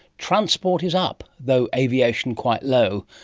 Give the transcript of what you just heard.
transport is up, though aviation quite low.